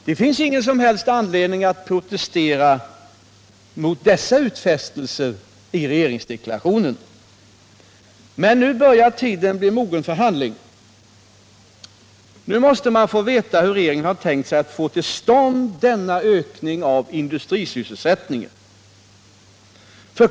Det finns ingen som helst anledning att protestera mot dessa utfästelser i regeringsdeklarationen. Men nu börjar tiden bli mogen för handling. Nu måste vi få veta hur regeringen har tänkt sig att uppnå denna ökning av industrisysselsättningen.